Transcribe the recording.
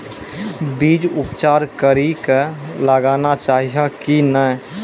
बीज उपचार कड़ी कऽ लगाना चाहिए कि नैय?